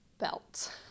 belt